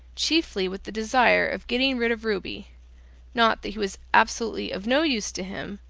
chiefly with the desire of getting rid of ruby not that he was absolutely of no use to him,